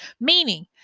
meaning